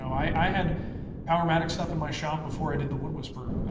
i had powermatic stuff in my shop before i did the wood whisperer.